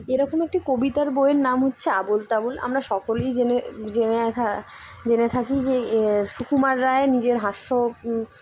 এরকম একটি কবিতার বইয়ের নাম হচ্ছে আবল তাবল আমরা সকলেই জেনে জেনে জেনে থাকি যে সুকুমার রায় নিজের হাস্য